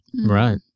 right